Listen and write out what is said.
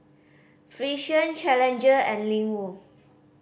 Frixion Challenger and Ling Wu